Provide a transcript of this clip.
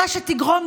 תודה רבה.